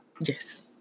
Yes